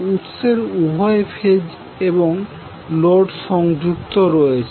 উংসের উভয় ফেজ এবং লোড সংযুক্ত রয়েছে